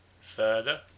Further